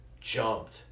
jumped